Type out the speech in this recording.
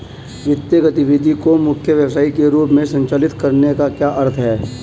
वित्तीय गतिविधि को मुख्य व्यवसाय के रूप में संचालित करने का क्या अर्थ है?